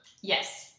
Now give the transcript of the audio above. Yes